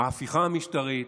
ההפיכה המשטרית,